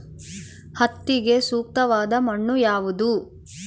ಹತ್ತಿಗೆ ಸೂಕ್ತವಾದ ಮಣ್ಣು ಯಾವುದು?